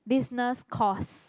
business course